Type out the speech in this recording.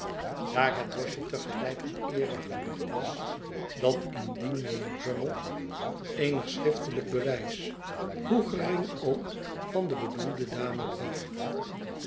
daar het boschje te gelijk een eere gericht was dat indien mijnheer drummle eenig schriftelijk bewijs hoe gering ook van de bedoelde dame bracht